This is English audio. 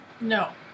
No